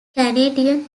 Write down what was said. canadian